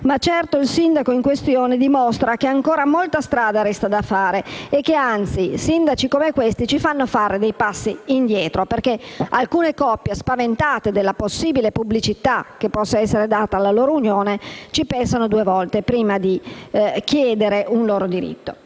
ma, certo, il sindaco in questione dimostra che ancora molta strada resta da fare. Anzi, sindaci come questi ci fanno fare passi indietro, perché alcune coppie spaventate dalla possibile pubblicità che può essere data alla loro unione ci pensano due volte prima di chiedere un loro diritto.